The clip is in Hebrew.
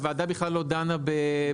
שהוועדה בכלל לא דנה במועמדים,